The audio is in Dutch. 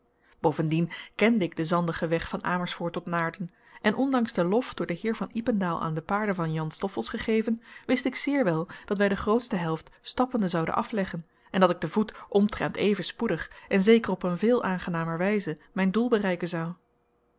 bovendien kende ik den zandigen weg van amersfoort tot naarden en ondanks den lof door den heer van ypendael aan de paarden van jan stoffelsz gegeven wist ik zeer wel dat wij de grootste helft stappende zouden afleggen en dat ik te voet omtrent even spoedig en zeker op een veel aangenamer wijze mijn doel bereiken zou